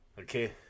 Okay